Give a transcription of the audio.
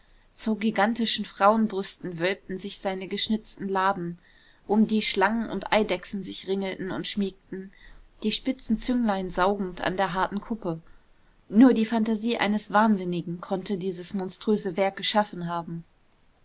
zu gigantischen frauenbrüsten wölbten sich seine geschnitzten laden um die schlangen und eidechsen sich ringelten und schmiegten die spitzen zünglein saugend an der harten kuppe nur die phantasie eines wahnsinnigen konnte dieses monströse werk geschaffen haben